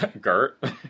Gert